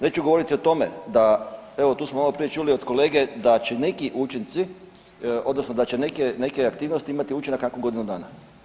Neću govoriti o tome da, evo tu smo maloprije čuli od kolege da će neki učenici odnosno da će neke, neke aktivnosti imati učinak nakon godinu dana.